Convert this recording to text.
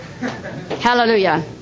Hallelujah